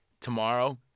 tomorrow